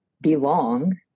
belong